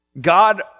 God